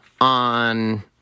on